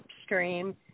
upstream